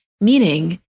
Meaning